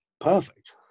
perfect